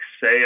say